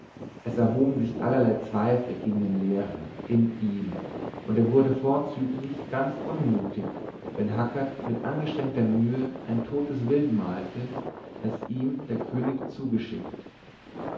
es erhoben sich allerlei zweifel gegen den lehrer in ihm und er wurde vorzüglich ganz unmutig wenn hackert mit angestrengter mühe totes wild malte das ihm der könig zugeschickt